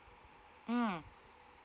mm